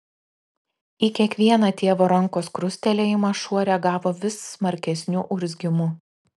į kiekvieną tėvo rankos krustelėjimą šuo reagavo vis smarkesniu urzgimu